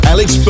Alex